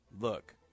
look